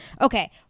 okay